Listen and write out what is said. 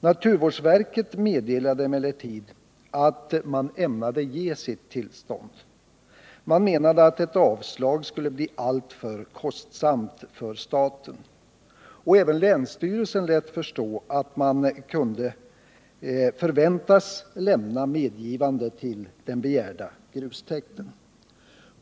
Naturvårdsverket meddelade emellertid att man ämnade ge sitt tillstånd. Man menade att ett avslag skulle bli alltför kostsamt för staten. Även länsstyrelsen lät förstå att den kunde förväntas lämna medgivande till den begärda grustäkten.